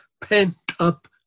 pent-up